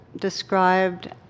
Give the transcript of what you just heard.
described